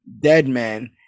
Deadman